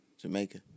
Jamaica